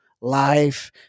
life